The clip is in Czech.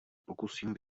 pokusím